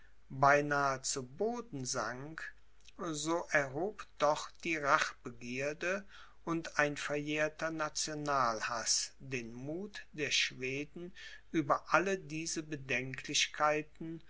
beinahe zu boden sank so erhob doch die rachbegierde und ein verjährter nationalhaß den muth der schweden über alle diese bedenklichkeiten